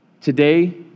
Today